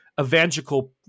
evangelical